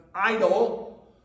idol